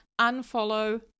Unfollow